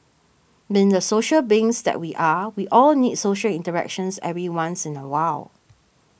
being the social beings that we are we all need social interactions every once in a while